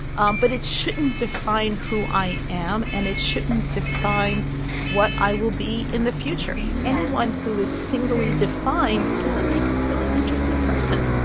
um but it shouldn't define who i am. and it shouldn't define what i will be in the future. anyone who is singly defined doesn't make a really interesting person